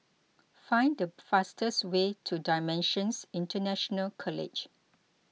find the fastest way to Dimensions International College